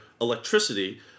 electricity